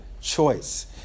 choice